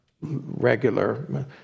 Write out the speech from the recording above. regular